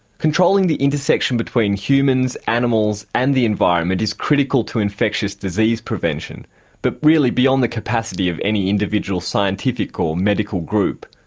controlling the intersection between humans, animals and the environment is critical to infectious disease prevention but really beyond the capacity of any individual scientific or medical group.